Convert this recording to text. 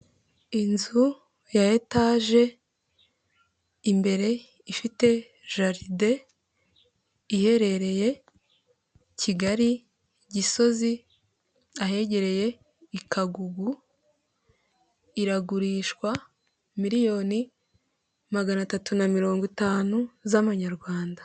Inzu ya etaje imbere ifite jaride, iherereye Kigali Gisozi ahegereye i Kagugu, iragurishwa miliyoni magana atatu na mirongo itanu z'amanyarwanda.